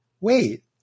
wait